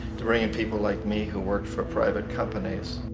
to bring in people like me, who work for private companies.